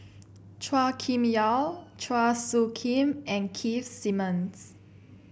Chua Kim Yeow Chua Soo Khim and Keith Simmons